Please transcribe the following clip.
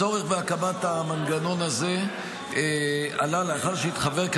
הצורך בהקמת המנגנון הזה עלה לאחר שהתחוור כי